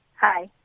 Hi